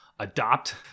adopt